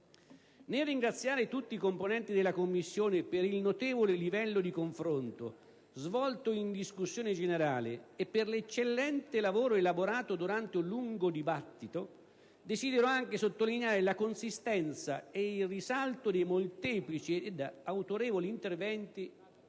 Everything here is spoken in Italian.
Nel ringraziare tutti i componenti della Commissione per il notevole livello di confronto svolto in discussione generale e per l'eccellente lavoro elaborato durante un lungo dibattito, desidero anche sottolineare la consistenza e il risalto dei molteplici e autorevoli interventi